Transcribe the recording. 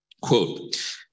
Quote